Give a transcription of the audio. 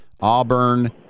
Auburn